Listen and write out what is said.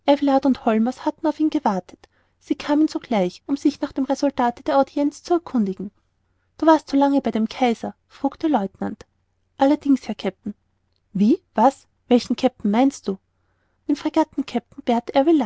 und holmers hatten auf ihn gewartet sie kamen sogleich um sich nach dem resultate der audienz zu erkundigen du warst so lange bei dem kaiser frug der lieutenant allerdings herr kapitän wie was welchen kapitän meinst du den fregattenkapitän bert